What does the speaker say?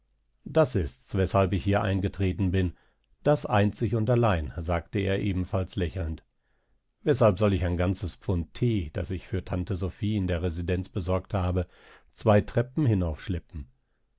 das ist's weshalb ich hier eingetreten bin das einzig und allein sagte er ebenfalls lächelnd weshalb soll ich ein ganzes pfund thee das ich für tante sophie in der residenz besorgt habe zwei treppen